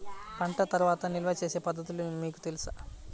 పంట తర్వాత నిల్వ చేసే పద్ధతులు మీకు తెలుసా?